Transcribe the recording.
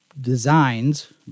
designs